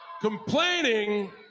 complaining